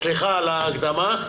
סליחה על ההקדמה,